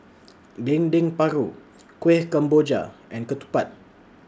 Dendeng Paru Kueh Kemboja and Ketupat